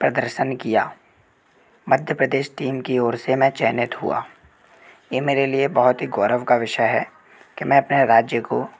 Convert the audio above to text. प्रदर्शन किया मध्य प्रदेश टीम की ओर से मैं चयनित हुआ यह मेरे लिए बहुत ही गौरव का विषय है कि मैं अपने राज्य को